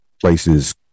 places